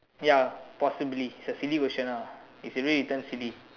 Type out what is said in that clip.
ya possibly it's a silly question ah it's already written silly